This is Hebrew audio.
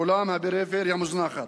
אולם הפריפריה מוזנחת,